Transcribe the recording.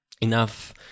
enough